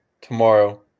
tomorrow